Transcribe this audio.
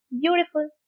beautiful